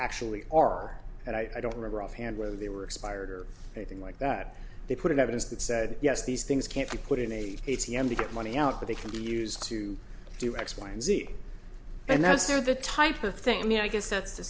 actually are and i don't remember offhand whether they were expired or anything like that they put in evidence that said yes these things can't be put in a a t m to get money out that they can be used to do x y and z and that's where the type of thing i guess that's the